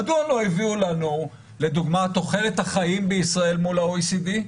מדוע לא הביאו לנו לדוגמה את תוחלת החיים בישראל מול ה-OECD?